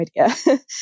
idea